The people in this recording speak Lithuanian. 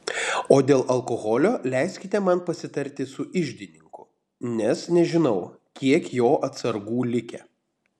o dėl alkoholio leiskite man pasitarti su iždininku nes nežinau kiek jo atsargų likę